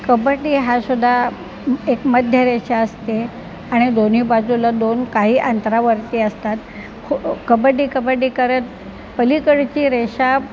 कबड्डी हा सुद्धा एक मध्य रेषा असते आणि दोन्ही बाजूला दोन काही अंतरावरती असतात खो कबड्डी कबड्डी करत पलीकडची रेषा